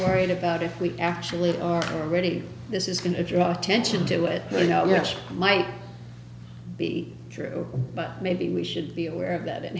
worried about if we actually are already this is going to draw attention to it you know yes might be true but maybe we should be aware of that